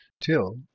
till